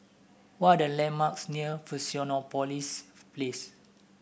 what are the landmarks near Fusionopolis Place